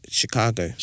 Chicago